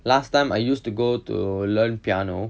last time I used to go to learn piano